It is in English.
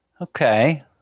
Okay